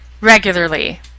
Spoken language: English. regularly